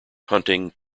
hunting